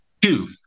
two